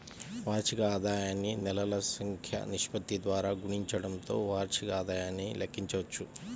వార్షిక ఆదాయాన్ని నెలల సంఖ్య నిష్పత్తి ద్వారా గుణించడంతో వార్షిక ఆదాయాన్ని లెక్కించవచ్చు